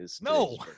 No